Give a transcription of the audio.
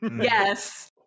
Yes